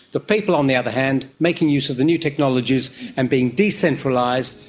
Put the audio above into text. the people on the other hand making use of the new technologies and being decentralised,